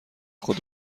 خود